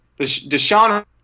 Deshaun